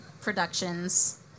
productions